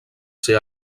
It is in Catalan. ser